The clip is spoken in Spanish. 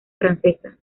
francesa